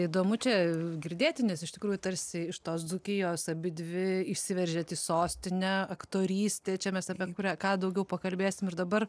įdomu čia girdėti nes iš tikrųjų tarsi iš tos dzūkijos abidvi išsiveržėt į sostinę aktorystę čia mes apie kurią ką daugiau pakalbėsim ir dabar